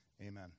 amen